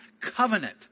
covenant